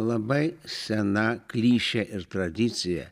labai sena klišė ir tradicija